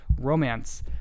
romance